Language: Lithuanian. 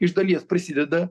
iš dalies prisideda